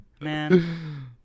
Man